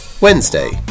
wednesday